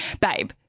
babe